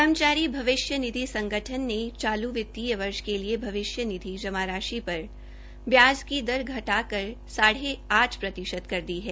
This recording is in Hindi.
कर्मचारी भविष्य निधि संगठन ईपीएफओ ने चालू वितीय वर्ष के लिए भविष्य निधि जमा राशि पर ब्याज की दल घटाकर साढ़े आठ प्रतिशत कर दी है